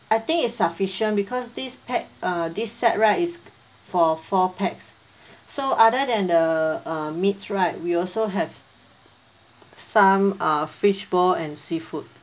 I think is sufficient because this pack uh this set right is for four pax so other than the uh meats right we also have some uh fishball and seafood